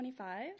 25